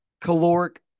caloric